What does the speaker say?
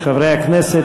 חברי הכנסת,